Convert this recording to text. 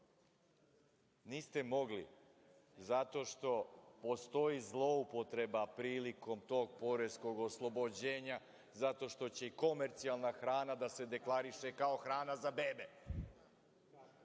Niste mogli, zato što postoji zloupotreba prilikom tog poreskog oslobođenja, zato što će i komercijalna hrana da se deklariše kao hrana za bebe. Nije